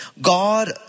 God